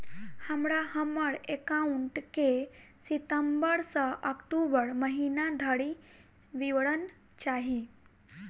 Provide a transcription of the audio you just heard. हमरा हम्मर एकाउंट केँ सितम्बर सँ अक्टूबर महीना धरि विवरण चाहि?